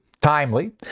timely